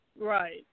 Right